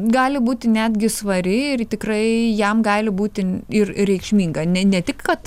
gali būti netgi svari ir tikrai jam gali būti ir reikšminga ne ne tik kad